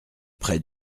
près